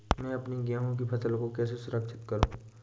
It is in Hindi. मैं अपनी गेहूँ की फसल को कैसे सुरक्षित करूँ?